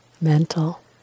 mental